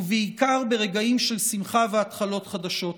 ובעיקר ברגעים של שמחה והתחלות חדשות.